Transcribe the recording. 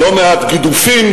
לא מעט גידופים,